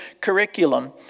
curriculum